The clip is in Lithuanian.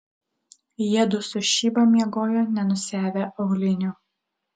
jiedu su šiba miegojo nenusiavę aulinių